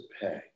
pay